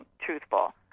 truthful